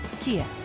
Kia